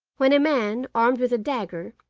when a man, armed with a dagger,